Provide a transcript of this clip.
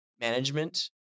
management